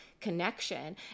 connection